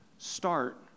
Start